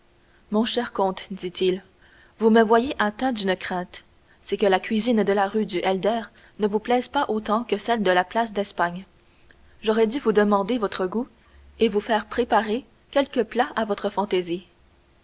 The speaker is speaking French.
mon cher comte dit-il vous me voyez atteint d'une crainte c'est que la cuisine de la rue du helder ne vous plaise pas autant que celle de la place d'espagne j'aurais dû vous demander votre goût et vous faire préparer quelques plats à votre fantaisie